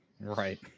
right